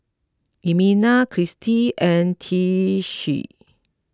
Elmina Christi and Tishie